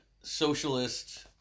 socialist